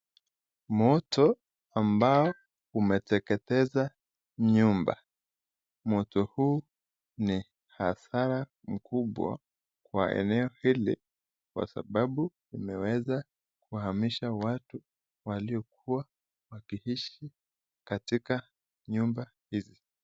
Moto ambao umeteketeza nyumba , moto huu ni hasara kubwa kwa eneo hili kwasababu imeweza kuhamisha watu waliokuwa wakiishi katika nyumba hizi.